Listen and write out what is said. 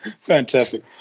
Fantastic